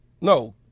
No